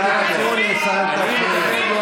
אל תגיד לי לשתוק, חצוף.